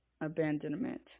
abandonment